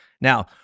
Now